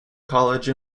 college